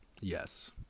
Yes